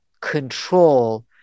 control